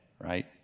right